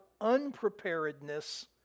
unpreparedness